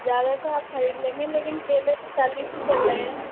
ज़्यादा तो आप खरीद लेंगे लेकिन केले तो चालीस ही चल रहे हैं